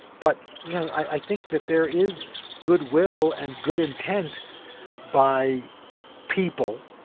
but, you know, i think that there is goodwill and good intent by people,